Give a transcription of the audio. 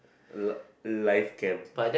lif~ life camp